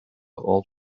all